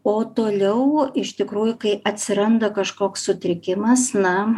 o toliau iš tikrųjų kai atsiranda kažkoks sutrikimas na